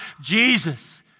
Jesus